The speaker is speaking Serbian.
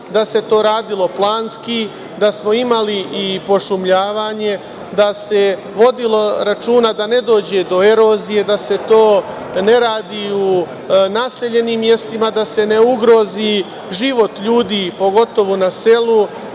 da se to radilo planski, da smo imali i pošumljavanje, da se vodilo računa da ne dođe do erozije, da se to ne radi u naseljenim mestima, da se ne ugrozi život ljudi, pogotovo na selu,